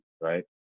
right